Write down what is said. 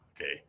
Okay